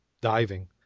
diving